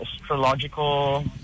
astrological